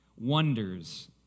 wonders